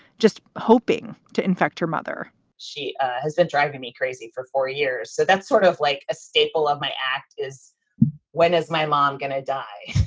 just hoping to infect her mother she has been driving me crazy for four years. so that's sort of like a staple of my act is when is my mom going to die?